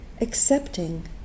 accepting